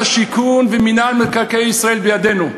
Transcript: השיכון ומינהל מקרקעי ישראל בידינו.